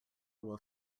will